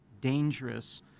dangerous